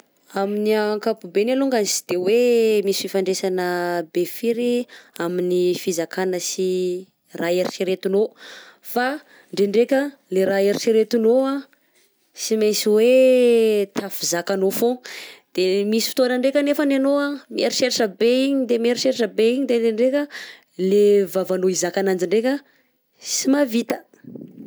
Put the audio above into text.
Amin'ny ankapobeany alongany sy de hoe misy fifanandraisana be firy amin'ny fizakana sy sy raha eritreretinao fa ndrendreka le raha eritreretinao sy mainsy oe tafy zakanao fô, de misy fotona ndraika anefa anao mieritreritra be igny, de mieritreritra be igny de ndraindraika le vavanao hizaka agnanjy ndraika sy mahavita.